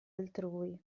altrui